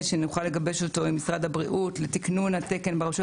שנוכל לגבש אותו עם משרד הבריאות לתקנון התקן ברשויות